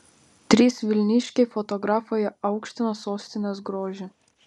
trys vilniškiai fotografai aukština sostinės grožį